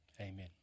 amen